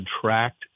contract